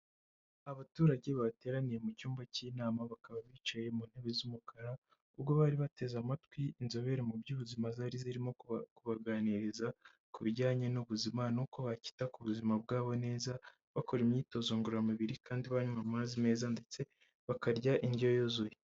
Abaturage bateraniye mu cyumba cy'inama bakaba bicaye mu ntebe z'umukara, ubwo bari bateze amatwi inzobere mu by'ubuzima zari zirimo kubaganiriza ku bijyanye n'ubuzima nuko bakita ku buzima bwabo neza, bakora imyitozo ngororamubiri kandi banywa amazi meza ndetse bakarya indyo yuzuye.